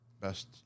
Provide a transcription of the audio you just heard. best